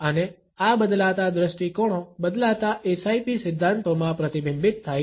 અને આ બદલાતા દ્રષ્ટિકોણો બદલાતા SIP સિદ્ધાંતોમાં પ્રતિબિંબિત થાય છે